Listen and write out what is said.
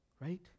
right